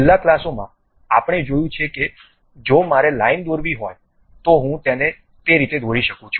છેલ્લા ક્લાસોમાં આપણે જોયું છે કે જો મારે લાઈન દોરવી હોય તો હું તેને તે રીતે દોરી શકું છું